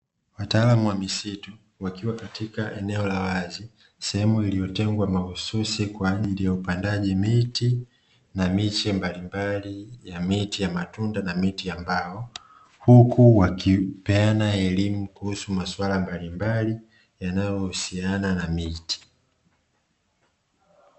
Wataalamu wa misitu wakiwa katika eneo la wazi, sehemu iliyotengwa mahususi kwa ajili ya upandaji miti na miche mbalimbali ya miti ya matunda na miti ya mbao. Huku wakipeana elimu kuhusu masuala mbalimbali yanayohusiana na miti.